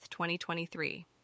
2023